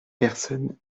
personne